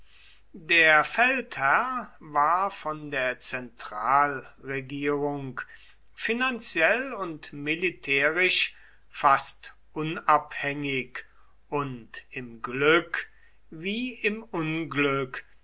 der feldherr war von der zentralregierung finanziell und militärisch fast unabhängig und im glück wie im unglück